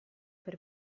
per